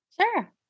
Sure